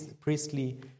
priestly